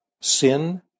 sin